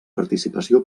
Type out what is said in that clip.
participació